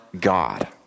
God